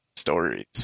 stories